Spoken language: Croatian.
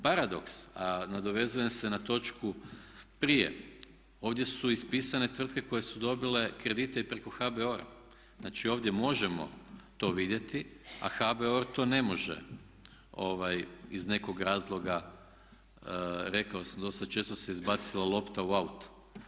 Paradoks, a nadovezujem se na točku prije, ovdje su ispisane tvrtke koje su dobile kredite i preko HBOR-a, znači ovdje možemo to vidjeti a HBOR to ne može iz nekog razloga, rekao sam dosta često se izbacila lopta u out.